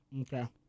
Okay